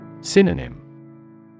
Synonym